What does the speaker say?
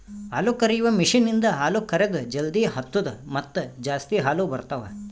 ಹಾಲುಕರೆಯುವ ಮಷೀನ್ ಇಂದ ಹಾಲು ಕರೆದ್ ಜಲ್ದಿ ಆತ್ತುದ ಮತ್ತ ಜಾಸ್ತಿ ಹಾಲು ಬರ್ತಾವ